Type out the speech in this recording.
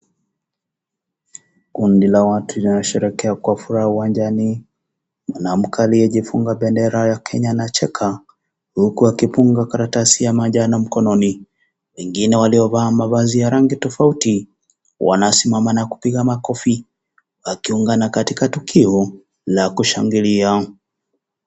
Kundi la watu linaosherekehea kwa furaha uwanjani kuna mke aliyejifunga bendera yake anacheka ,huku akidunga karatasi ya manjano mkononi, wengine waliovaa mavazi ya rangi tofauti wanasimama na kupiga makofi wakiungana katika tukio la kushangilia.